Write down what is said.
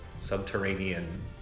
subterranean